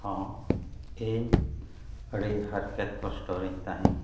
ᱦᱮᱸ ᱤᱧ ᱟᱹᱰᱤ ᱦᱟᱨᱠᱮᱛ ᱠᱚᱥᱴᱚᱨᱤᱧ ᱛᱟᱦᱮᱱ